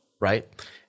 right